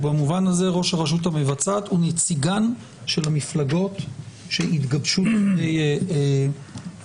ובמובן הזה ראש הרשות המבצעת הוא נציגן של המפלגות שהתגבשו לכדי רוב.